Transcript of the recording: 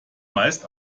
meist